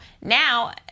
now